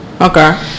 Okay